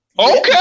Okay